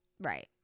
Right